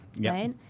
right